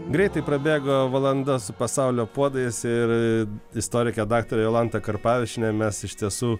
greitai prabėgo valanda su pasaulio puodais ir istorike daktare jolanta karpavičiene mes iš tiesų